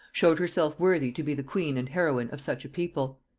showed herself worthy to be the queen and heroine of such a people.